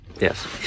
Yes